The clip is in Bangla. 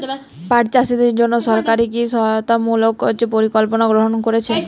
পাট চাষীদের জন্য সরকার কি কি সহায়তামূলক পরিকল্পনা গ্রহণ করেছে?